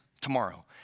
tomorrow